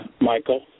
Michael